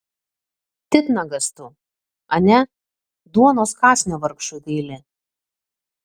titnagas tu ane duonos kąsnio vargšui gaili